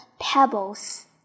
pebbles